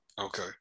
Okay